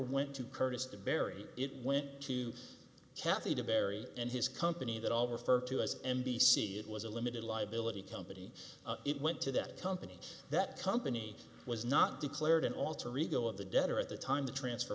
went to curtis to bury it went to kathy to bury in his company that all referred to as n b c it was a limited liability company it went to that company that company was not declared an alter ego of the debtor at the time the transfer